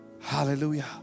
Hallelujah